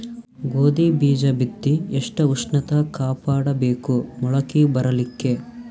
ಗೋಧಿ ಬೀಜ ಬಿತ್ತಿ ಎಷ್ಟ ಉಷ್ಣತ ಕಾಪಾಡ ಬೇಕು ಮೊಲಕಿ ಬರಲಿಕ್ಕೆ?